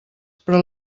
però